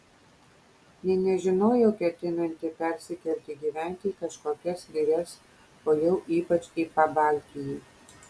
nė nežinojau ketinanti persikelti gyventi į kažkokias girias o jau ypač į pabaltijį